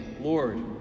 Lord